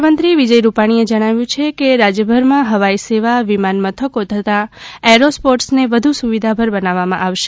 મુખ્યમંત્રી વિજય રૂપાણીએ જણાવ્યું છે કે રાજ્યભરમાં હવાઇ સેવા વિમાન મથકો તથા એરોસ્પોર્ટસને વધુ સુવિધાભર બનાવવામાં આવશે